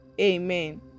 Amen